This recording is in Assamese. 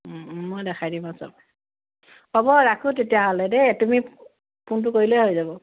মই দেখাই দিম আৰু সব হ'ব ৰাখোঁ তেতিয়াহ'লে দেই তুমি ফোনটো কৰিলেই হৈ যাব